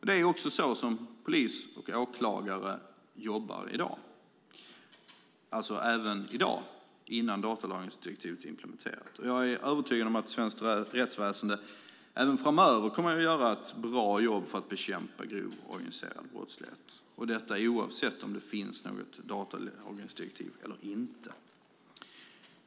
Det är så här som polis och åklagare jobbar även i dag, innan datalagringsdirektivet är implementerat. Jag är övertygad om att svenskt rättsväsen även framöver kommer att göra ett bra jobb för att bekämpa grov organiserad brottslighet - detta oavsett om det finns ett datalagringsdirektiv eller inte.